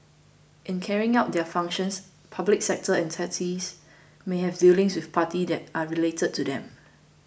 in carrying out their functions public sector entities may have dealings with parties that are related to them